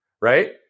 right